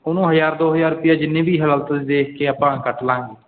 ਉਹਨੂੰ ਹਜ਼ਾਰ ਦੋ ਹਜ਼ਾਰ ਰੁਪਇਆ ਜਿੰਨੇ ਵੀ ਹਾਲਤ ਦੇਖ ਕੇ ਆਪਾਂ ਕੱਟ ਲਾਂਗੇ